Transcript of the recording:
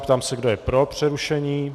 Ptám se, kdo je pro přerušení.